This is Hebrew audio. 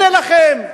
הנה לכם,